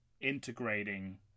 integrating